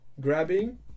grabbing